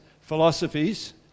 philosophies